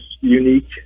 unique